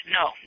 no